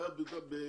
אתם